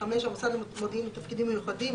(5)המוסד למודיעין ולתפקידים מיוחדים,